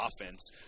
offense